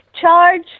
charge